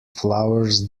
flowers